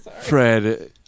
Fred